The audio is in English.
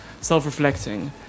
self-reflecting